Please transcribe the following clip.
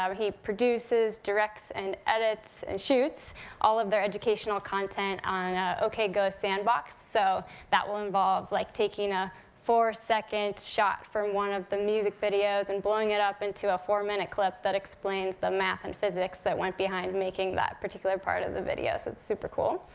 um he produces, directs, and edits, and shoots all of their educational content on ok go sandbox, so that will involve like taking a four-second shot from one of the music videos, and blowing it up into a four-minute clip that explains the math and physics that went behind making that particular part of the video, so it's super cool.